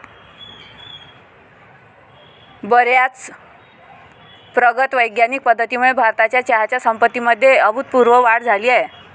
बर्याच प्रगत वैज्ञानिक पद्धतींमुळे भारताच्या चहाच्या संपत्तीमध्ये अभूतपूर्व वाढ झाली आहे